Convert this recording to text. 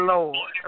Lord